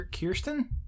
Kirsten